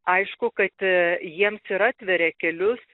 aišku kad jiems ir atveria kelius